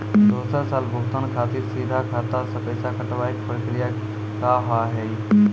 दोसर साल भुगतान खातिर सीधा खाता से पैसा कटवाए के प्रक्रिया का हाव हई?